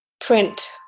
print